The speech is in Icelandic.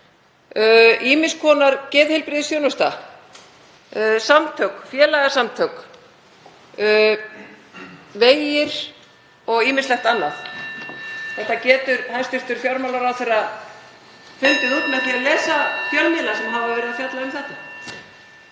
ýmiss konar geðheilbrigðisþjónusta, samtök, félagasamtök, vegir og ýmislegt annað. Þetta getur hæstv. fjármálaráðherra fundið út með því að lesa fjölmiðla sem hafa verið að fjalla um þetta.